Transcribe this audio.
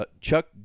Chuck